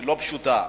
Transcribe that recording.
לא פשוטה,